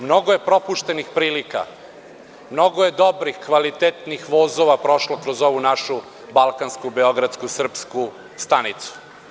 Mnogo je propuštenih prilika, mnogo je dobrih, kvalitetnih vozova prošlo kroz ovu našu balkansku, beogradsku, srpsku stanicu.